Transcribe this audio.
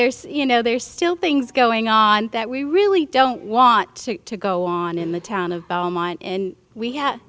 there's you know there's still things going on that we really don't want to go on in the town of belmont in we ha